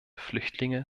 flüchtlinge